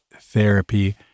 therapy